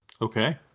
Okay